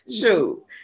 True